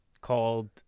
called